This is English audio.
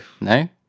No